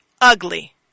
ugly